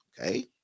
Okay